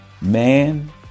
Man